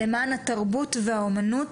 למען התרבות והאומנות,